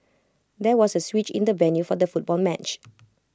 there was A switch in the venue for the football match